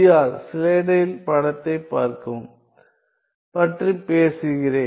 R ஸ்லைடில் படத்தைப் பார்க்கவும் பற்றி பேசுகிறேன்